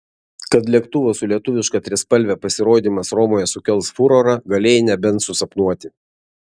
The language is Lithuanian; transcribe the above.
kad lėktuvo su lietuviška trispalve pasirodymas romoje sukels furorą galėjai nebent susapnuoti